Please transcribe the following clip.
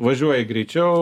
važiuoji greičiau